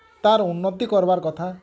ତାର୍ ଉନ୍ନତି କରିବାର୍ କଥା